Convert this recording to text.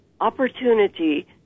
opportunity